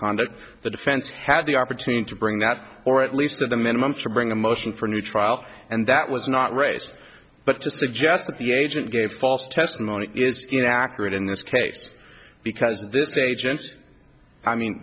conduct the defense had the opportunity to bring that or at least at the minimum to bring a motion for a new trial and that was not raised but to suggest that the agent gave false testimony is inaccurate in this case because this page and i mean